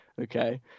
okay